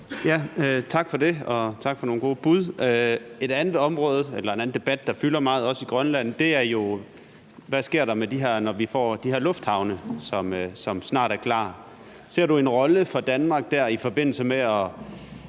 Tak for det, og tak for nogle gode bud. En anden debat, der også fylder meget i Grønland, er jo, hvad der sker, når vi får de her lufthavne, som snart er klar. Ser du en rolle for Danmark dér i forbindelse med at